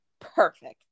perfect